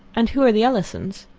and who are the ellisons?